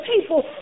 people